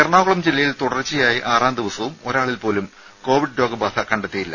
എറണാകുളം ജില്ലയിൽ തുടർച്ചയായി ആറാം ദിവസവും ഒരാളിൽപോലും കോവിഡ് രോഗബാധ കണ്ടെത്തിയില്ല